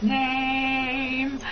name